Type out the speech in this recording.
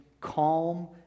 calm